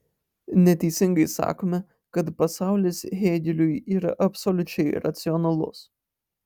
neteisingai sakome kad pasaulis hėgeliui yra absoliučiai racionalus